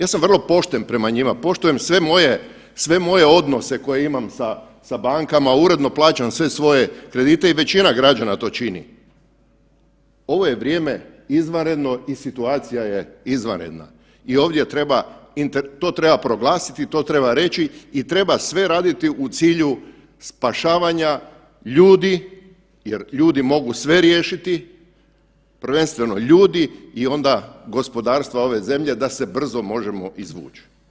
Ja sam vrlo pošten prema njima, poštujem sve moje odnose koje imam sa bankama, uredno plaćam sve svoje kredite i većina građana to čini, ovo je vrijeme izvanredno i situacija je izvanredna i ovdje treba, to treba proglasiti, to treba reći i treba sve raditi u cilju spašavanja ljudi jer ljudi mogu sve riješiti, prvenstveno ljudi i onda gospodarstva ove zemlje da se brzo možemo izvući.